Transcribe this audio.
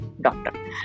doctor